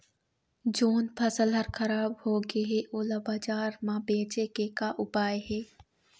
जोन फसल हर खराब हो गे हे, ओला बाजार म बेचे के का ऊपाय हे?